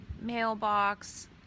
mailbox